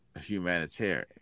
humanitarian